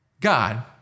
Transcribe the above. God